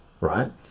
right